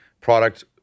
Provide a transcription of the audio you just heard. Product